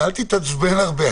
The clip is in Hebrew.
ואל תתעצבן הרבה.